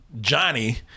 johnny